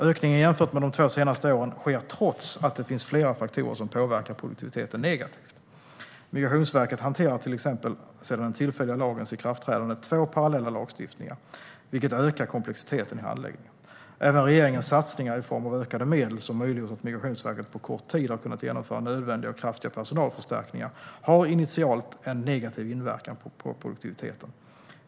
Ökningen jämfört med de två senaste åren sker trots att det finns flera faktorer som påverkar produktiviteten negativt. Migrationsverket hanterar till exempel sedan den tillfälliga lagens ikraftträdande två parallella lagstiftningar, vilket ökar komplexiteten i handläggningen. Även regeringens satsningar i form av ökade medel, som möjliggjort att Migrationsverket på kort tid har kunnat genomföra nödvändiga och kraftiga personalförstärkningar, har initialt en negativ inverkan på produktiviteten.